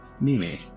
Mimi